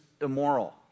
immoral